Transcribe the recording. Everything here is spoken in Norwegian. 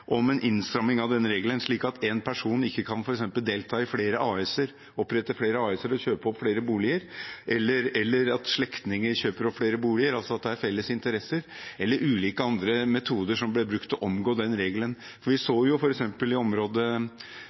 om en innstramning av denne regelen, slik at én person f.eks. ikke kan delta i flere AS-er, opprette flere AS-er og kjøpe opp flere boliger, eller at slektninger kan kjøpe opp flere boliger, altså at det er felles interesser, eller ulike andre metoder som ble brukt til å omgå den regelen. Vi så f.eks. i området